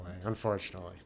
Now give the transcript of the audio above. unfortunately